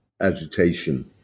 agitation